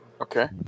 Okay